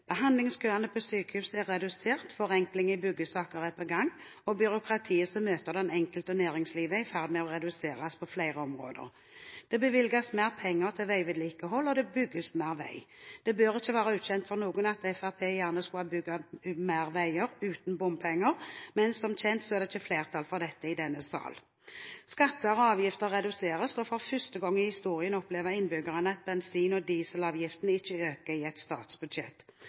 Behandlingskøene på sykehus er redusert, forenkling i byggesaker er på gang, og byråkratiet som møter den enkelte og næringslivet, er i ferd med å reduseres på flere områder. Det bevilges mer penger til veivedlikehold, og det bygges mer vei. Det bør ikke være ukjent for noen at Fremskrittspartiet gjerne skulle bygd flere veier uten bompenger, men som kjent er det ikke flertall for dette i denne sal. Skatter og avgifter reduseres, og for første gang i historien opplever innbyggerne at bensin- og dieselavgiftene ikke øker i et statsbudsjett.